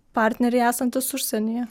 partneriai esantys užsienyje